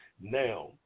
Now